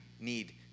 need